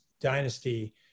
dynasty